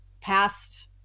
past